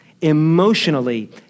emotionally